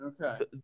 okay